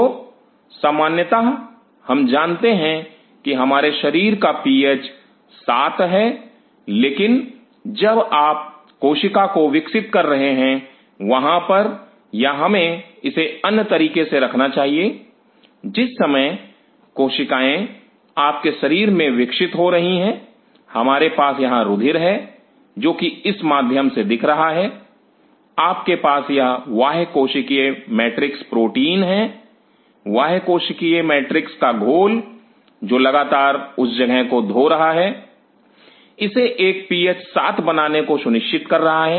तो सामान्यता हम जानते हैं कि हमारे शरीर का पीएच 7 है लेकिन जब आप कोशिका को विकसित कर रहे हैं वहां पर या हमें इसे अन्य तरीके से रखना चाहिए जिस समय कोशिकाएं आपके शरीर में विकसित हो रही हैं हमारे पास यहां रुधिर है जो कि इस माध्यम से दिख रहा है आपके पास यह बाह्य कोशिकीय मैट्रिक्स प्रोटीन हैं बाह्य कोशिकीय मैट्रिक्स का घोल जो लगातार उस जगह को धो रहा है इसे एक पीएच 7 बनाने को सुनिश्चित कर रहा है